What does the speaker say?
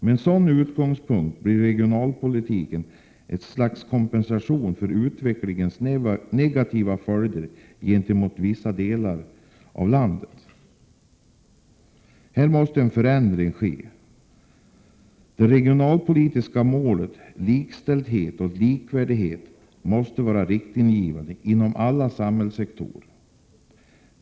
Med en sådan utgångspunkt blir regionalpolitiken ett slags kompensation för utvecklingens negativa följder gentemot vissa delar av landet. Här måste en förändring ske. Det regionalpolitiska målet — likställdhet och likvärdighet — måste vara riktgivande inom alla samhällssektorer.